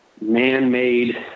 man-made